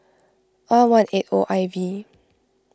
R one eight O I V